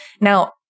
Now